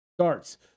starts